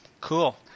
Cool